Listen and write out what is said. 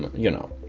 you know